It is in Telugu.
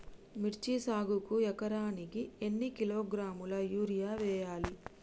మిర్చి సాగుకు ఎకరానికి ఎన్ని కిలోగ్రాముల యూరియా వేయాలి?